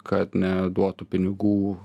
kad neduotų pinigų